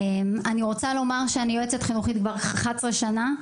אני רוצה לומר שאני יועצת חינוכית כבר 11 שנה,